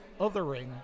othering